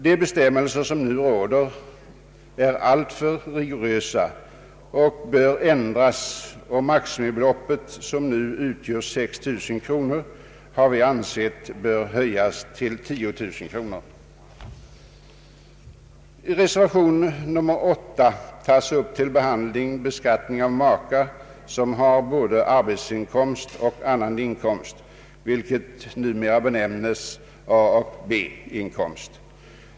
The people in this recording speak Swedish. De bestämmelser som nu råder är alltför rigorösa och bör ändras. Maximibeloppet, som nu utgör 6 000 kronor per år, har vi ansett bör höjas till 10 000 kronor. Reservationen 8 tar upp till behandling beskattning av makar som har både arbetsoch annan inkomst, vilket numera benämnes A och B-inkomst.